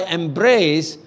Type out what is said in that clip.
embrace